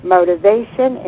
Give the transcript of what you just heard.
Motivation